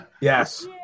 Yes